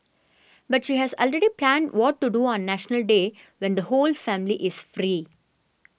but she has already planned what to do on National Day when the whole family is free